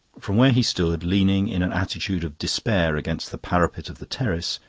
from where he stood, leaning in an attitude of despair against the parapet of the terrace,